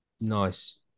Nice